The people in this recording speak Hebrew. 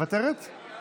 אז